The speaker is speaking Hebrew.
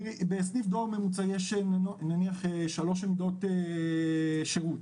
בסניף דואר ממוצע יש נניח שלוש עמדות שירות